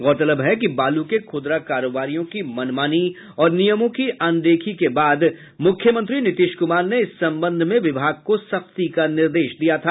गौरतलब है कि बालू के खुदरा कारोबारियों की मनमानी और नियमों की अनदेखी के बाद मुख्यमंत्री नीतीश कुमार ने इस संबंध में विभाग को सख्ती का निर्देश दिया था